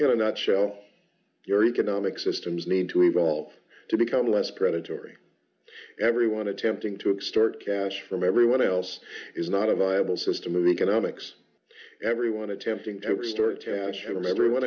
know not shall your economic systems need to evolve to become less predatory everyone attempting to extort cash from everyone else is not a viable system of economics for everyone attempting to start catching them everyone